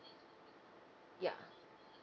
yeah